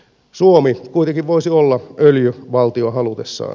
suomi kuitenkin voisi olla öljyvaltio halutessaan